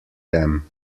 them